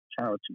charity